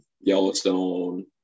yellowstone